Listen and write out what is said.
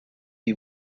you